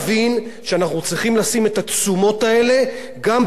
את התשומות האלה גם במגוון התקשורתי הרחב.